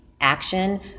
action